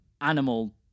animal